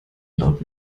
laut